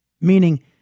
Meaning